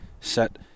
set